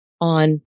on